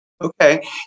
Okay